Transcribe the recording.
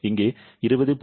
இங்கே 20